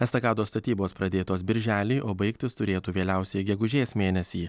estakados statybos pradėtos birželį o baigtis turėtų vėliausiai gegužės mėnesį